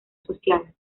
social